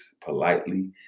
politely